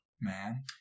man